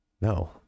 No